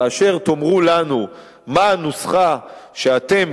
כאשר תאמרו לנו מה הנוסחה שאתם,